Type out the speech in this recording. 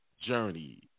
journey